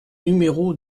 numéro